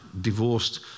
divorced